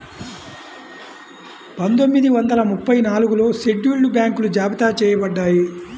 పందొమ్మిది వందల ముప్పై నాలుగులో షెడ్యూల్డ్ బ్యాంకులు జాబితా చెయ్యబడ్డాయి